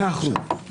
מאה אחוז.